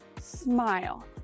smile